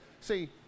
see